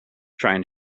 trying